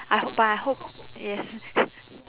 I hope bah I hope yes